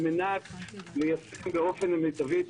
על מנת ליישם באופן מיטבי את